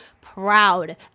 proud